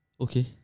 Okay